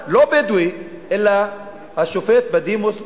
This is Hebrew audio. לא בדואי, אלא השופט בדימוס גולדברג.